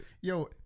yo